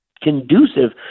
conducive